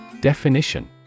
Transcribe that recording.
Definition